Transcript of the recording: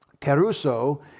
Caruso